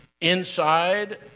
inside